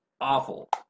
Awful